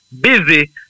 busy